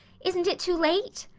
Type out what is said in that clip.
isn't it too late?